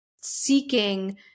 seeking